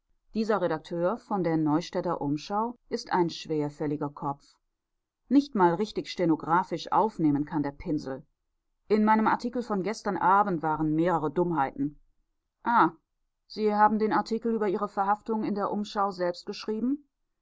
dieser redakteur von der neustädter umschau ist ein schwerfälliger kopf nicht mal richtig stenographisch aufnehmen kann der pinsel in meinem artikel von gestern abend waren mehrere dummheiten ah sie haben den artikel über ihre verhaftung in der umschau selbst geschrieben